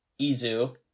Izu